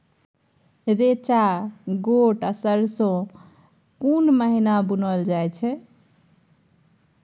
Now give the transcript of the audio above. रेचा, गोट आ सरसो केना महिना बुनल जाय छै?